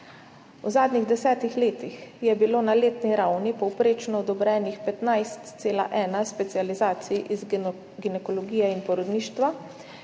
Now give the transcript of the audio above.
V zadnjih 10 letih je bilo na letni ravni povprečno odobrenih 15,1 specializacije iz ginekologije in porodništva.